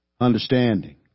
understanding